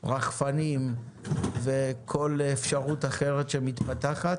רחפנים וכל אפשרות אחרת שמתפתחת.